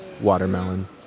watermelon